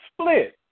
split